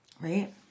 Right